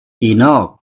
enough